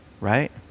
right